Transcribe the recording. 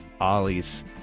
Ollie's